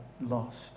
lost